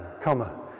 comma